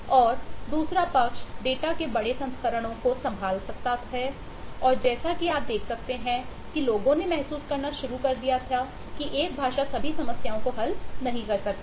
और दूसरा पक्ष डेटा के बड़े संस्करणों को संभाल सकता है और जैसा कि आप देख सकते हैं कि लोगों ने महसूस करना शुरू कर दिया था कि एक भाषा सभी समस्याओं को हल नहीं कर सकती है